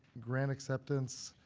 grant acceptance,